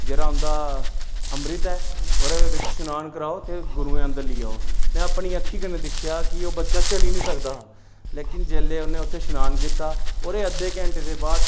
जेह्ड़ा उंदा अमृत ऐ ओह्दे बिच स्नान कराओ ते गुरुएं अंदर ली आओ में अपनी अक्खीं कन्नै दिक्खेआ कि ओह् बच्चा चली निं सकदा हा लेकिन जेल्ले उ'न्नै उत्थै स्नान कीता ओह्दे अद्धे घैंटे दे बाद